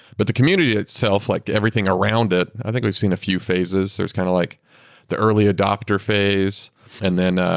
but the community itself, like everything around it, i think we've seen a few phases. there's kind of like the early adopter phase and then ah